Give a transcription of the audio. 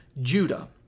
Judah